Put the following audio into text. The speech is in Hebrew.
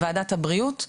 לוועדת הבריאות,